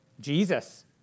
Jesus